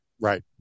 right